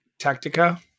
Tactica